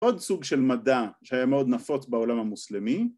עוד סוג של מדע שהיה מאוד נפוץ בעולם המוסלמי